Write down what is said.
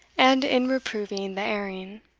and in reproving the erring.